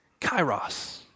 Kairos